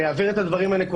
אני אעביר את הדברים האלה,